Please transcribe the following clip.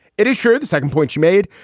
it is. sure. the second point you made,